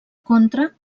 contra